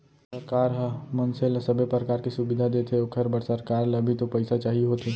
सरकार ह मनसे ल सबे परकार के सुबिधा देथे ओखर बर सरकार ल भी तो पइसा चाही होथे